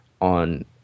on